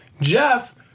Jeff